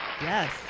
Yes